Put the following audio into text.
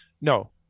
no